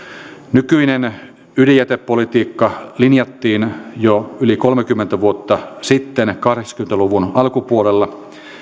nykyinen ydinjätepolitiikka linjattiin jo yli kolmekymmentä vuotta sitten kahdeksankymmentä luvun alkupuolella